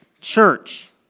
church